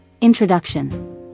Introduction